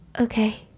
Okay